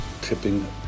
tipping